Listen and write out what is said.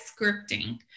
scripting